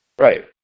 Right